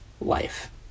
life